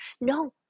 No